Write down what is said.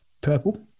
purple